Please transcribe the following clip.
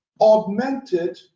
augmented